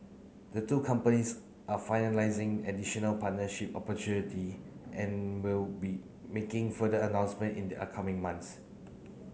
the two companies are finalising additional partnership opportunity and will be making further announcement in the upcoming months